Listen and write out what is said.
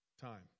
time